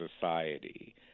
society